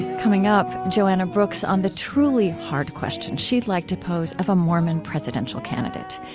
coming up, joanna brooks on the truly hard question she'd like to pose of a mormon presidential candidate,